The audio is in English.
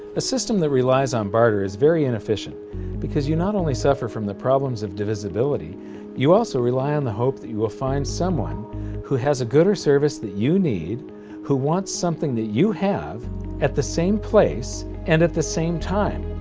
a system that relies on barter is very inefficient because you not only suffer from the problems of divisibility you also rely on the hope that you'll ah find someone who has a good or service that you need who wants something that you have at the same place and at the same time.